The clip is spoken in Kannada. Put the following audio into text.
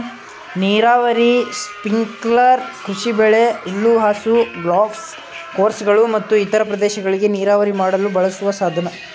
ನೀರಾವರಿ ಸ್ಪ್ರಿಂಕ್ಲರ್ ಕೃಷಿಬೆಳೆ ಹುಲ್ಲುಹಾಸು ಗಾಲ್ಫ್ ಕೋರ್ಸ್ಗಳು ಮತ್ತು ಇತರ ಪ್ರದೇಶಗಳಿಗೆ ನೀರಾವರಿ ಮಾಡಲು ಬಳಸುವ ಸಾಧನ